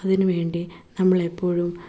അതിനുവേണ്ടി നമ്മൾ എപ്പോഴും